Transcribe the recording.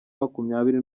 makumyabiri